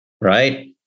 right